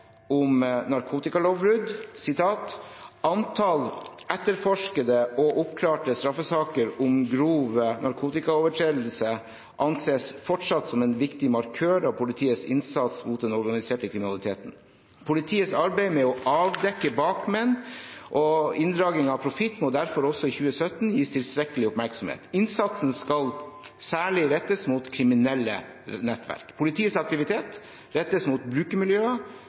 om narkotikalovbrudd: «Antall etterforskede og oppklarte straffesaker om grov narkotikaovertredelse anses fortsatt som en viktig markør av politiets innsats mot den organiserte kriminaliteten. Politiets arbeid med å avdekke bakmenn og inndragning av profitt må derfor også i 2017 gis tilstrekkelig oppmerksomhet. Innsatsen skal særlig rettes mot kriminelle nettverk.» Og videre: «Politiets aktivitet rettet mot